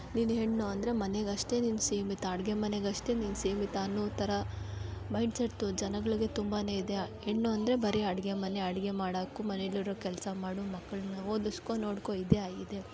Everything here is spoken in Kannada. ನೀನು ಹೆಣ್ಣು ಅಂದರೆ ಮನೆಗೆ ಅಷ್ಟೇ ನೀನು ಸೀಮಿತ ಅಡುಗೆ ಮನೆಗೆ ಅಷ್ಟೇ ನೀನು ಸೀಮಿತ ಅನ್ನೋ ಥರ ಮೈಂಡ್ಸೆಟ್ಟು ಜನಗಳಿಗೆ ತುಂಬಾ ಇದೆ ಹೆಣ್ಣು ಅಂದರೆ ಬರೀ ಅಡುಗೆ ಮನೆ ಅಡುಗೆ ಮಾಡಾಕು ಮನೆಯಲ್ ಇರೋ ಕೆಲಸ ಮಾಡು ಮಕ್ಕಳನ್ನ ಓದಿಸ್ಕೊ ನೋಡಿಕೋ ಇದೇ ಆಗಿದೆ